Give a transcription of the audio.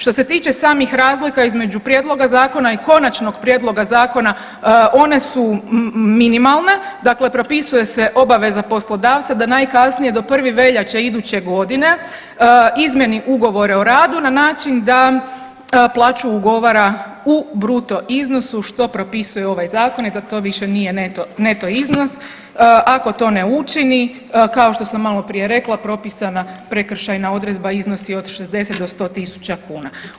Što se tiče samih razlika između prijedloga zakona i konačnog prijedloga zakona, one su minimalne, dakle propisuje se obaveza poslodavca da najkasnije do 1. veljače iduće godine izmjeni ugovore o radu na način da plaću ugovara u bruto iznosu što propisuje ovaj zakon i da to više nije neto iznos, ako to ne učini, kao što sam maloprije rekla propisana prekršajna odredba iznosi od 60 do 100.000 kuna.